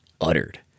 uttered